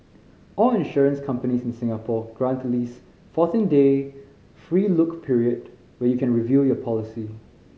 all insurance companies in Singapore grant at least fourteen day free look period where you can review your policy